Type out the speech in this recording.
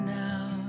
now